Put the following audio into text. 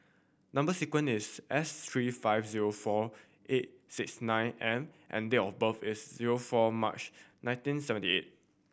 number sequence is S three five zero four eight six nine M and date of birth is zero four March nineteen seventy eight